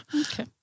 Okay